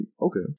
Okay